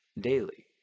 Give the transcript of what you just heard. Daily